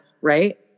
right